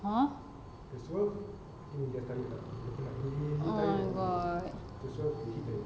!huh! oh my god